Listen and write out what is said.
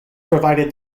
provided